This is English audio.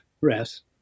rest